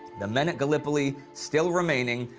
the men at gallipoli still remaining,